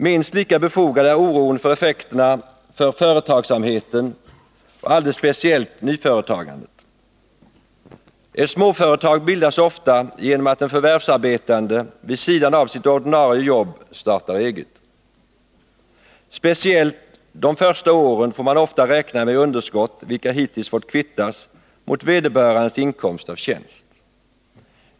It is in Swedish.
Minst lika befogad är oron för effekterna för företagsamheten och alldeles speciellt nyföretagandet. Ett småföretag bildas ofta genom att en förvärvsarbetande vid sidan av sitt ordinarie jobb startar eget. Speciellt de första åren får man ofta räkna med underskott, vilka hittills fått kvittas mot vederbörandes inkomst av tjänst.